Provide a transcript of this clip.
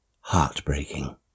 heartbreaking